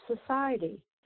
society